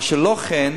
מה שלא כן,